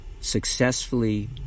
successfully